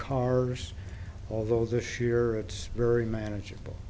cars although this year it's very manageable